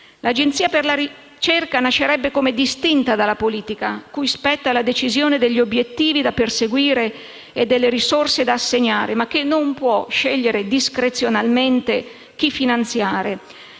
nazionale per la ricerca nascerebbe come distinta dalla politica, cui spetta la decisione degli obiettivi da perseguire e delle risorse da assegnare ma che non può scegliere discrezionalmente chi finanziare.